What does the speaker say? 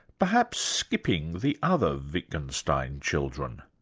perhaps skipping the other wittgenstein children?